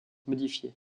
modifiées